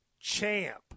champ